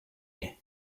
year